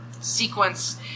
sequence